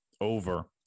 over